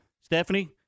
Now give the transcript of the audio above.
Stephanie